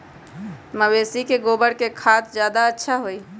मवेसी के गोबर के खाद ज्यादा अच्छा होई?